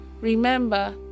remember